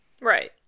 Right